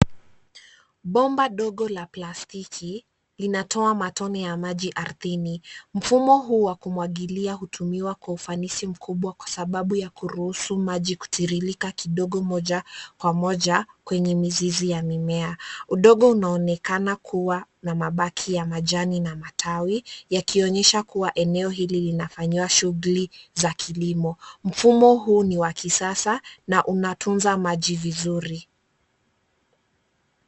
Bomba dogo la plastiki linatoa matone ya maji ardhini. Mfumo huu wa kumwagiia hutumiwa kwa ufanisi mkubwa kwa sababu ya kuruhusu maji kuririka kidogo moja kwa moja kwenye mizizi ya mimea. Udongo unaonekana kuwa na mabaki ya majani na matawi, yakionyesha kuwa eneo hili linafanyiwa shughuli za kilimo. Mfumo huu ni wa kisasa na unatunza maji vizuri.